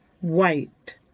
white